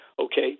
okay